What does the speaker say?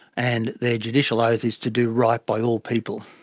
and their judicial oath is to do right by all people,